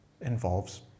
involves